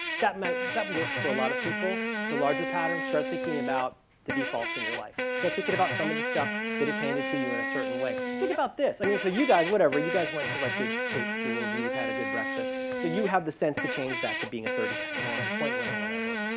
that might that works for a lot of people, the larger patterns start thinking about the defaults in your life, start thinking about some of the stuff that is handed to you in a certain way. think about this. i mean, so you guys whatever, you guys went to like good state schools and you've had a good breakfast, so you have the sense to change that to being a thirty second long appointment or whatever.